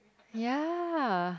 ya